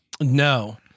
No